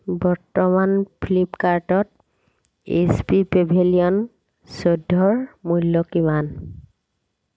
বৰ্তমান ফ্লিপ্পকাৰ্টত H P Pavilion চৈধ্যৰ মূল্য কিমান